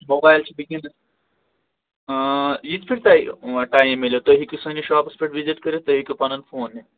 mobile چھِ وٕنۍکینَس یِتھ پٲٹھۍ تۄہہِ وۄنۍ ٹایِم مِلیو تُہۍ ہیٚکِو سٲنِس شاپَس پٮ۪ٹھ وِزِٹ کٔرِتھ تُہۍ ہیٚکِو پَنُن فون نِتھ